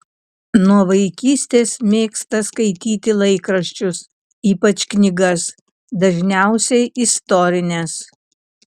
nuo vaikystės mėgsta skaityti laikraščius ypač knygas dažniausiai istorines